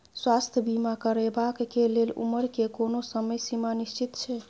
स्वास्थ्य बीमा करेवाक के लेल उमर के कोनो समय सीमा निश्चित छै?